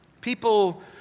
People